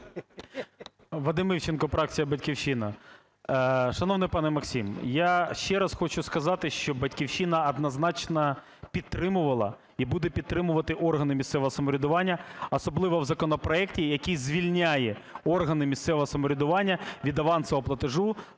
Вадим Івченко, фракція "Батьківщина". Шановний пане Максим, я ще раз хочу сказати, що "Батьківщина" однозначно підтримувала і буде підтримувати органи місцевого самоврядування, особливо в законопроекті, який звільняє органи місцевого самоврядування від авансового платежу